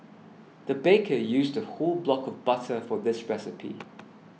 the baker used whole block of butter for this recipe